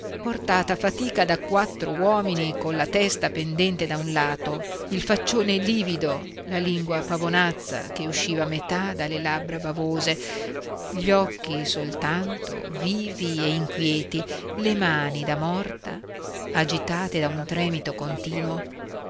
portata a fatica da quattr'uomini colla testa pendente da un lato il faccione livido la lingua pavonazza che usciva a metà dalle labbra bavose gli occhi soltanto vivi e inquieti le mani da morta agitate da un tremito continuo